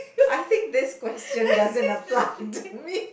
I think this question doesn't apply to me